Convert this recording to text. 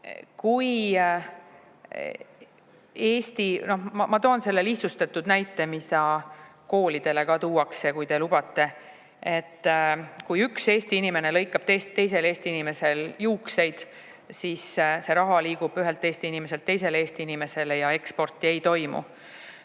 ma toon selle lihtsustatud näite, mida koolidele ka tuuakse. Kui üks Eesti inimene lõikab teisel Eesti inimesel juukseid, siis see raha liigub ühelt Eesti inimeselt teisele Eesti inimesele ja eksporti ei toimu.